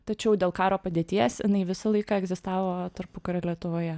tačiau dėl karo padėties jinai visą laiką egzistavo tarpukario lietuvoje